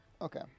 Okay